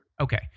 Okay